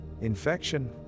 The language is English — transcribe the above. Infection